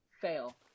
fail